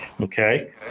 Okay